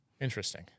Interesting